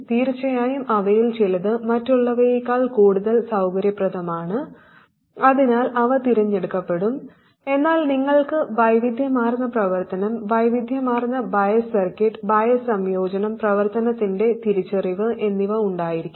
തീർച്ചയായും അവയിൽ ചിലത് മറ്റുള്ളവയേക്കാൾ കൂടുതൽ സൌകര്യപ്രദമാണ് അതിനാൽ അവ തിരഞ്ഞെടുക്കപ്പെടും എന്നാൽ നിങ്ങൾക്ക് വൈവിധ്യമാർന്ന പ്രവർത്തനം വൈവിധ്യമാർന്ന ബയസ് സർക്യൂട്ട് ബയസ് സംയോജനം പ്രവർത്തനത്തിന്റെ തിരിച്ചറിവ് എന്നിവ ഉണ്ടായിരിക്കാം